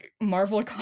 Marvel